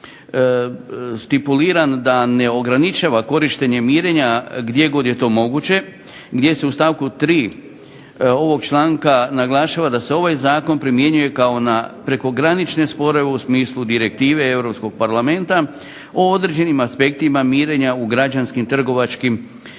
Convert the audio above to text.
stipuliran da ne ograničava korištenje mirenja gdje god je to moguće, gdje se u stavku 3. ovog članka naglašava da se ovaj zakon primjenjuje kao na prekogranične sporove u smislu Direktive Europskog parlamenta o određenim aspektima mirenja u građanskim, trgovačkim